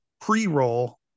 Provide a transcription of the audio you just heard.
pre-roll